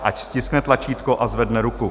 Ať stiskne tlačítko a zvedne ruku.